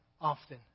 Often